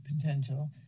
potential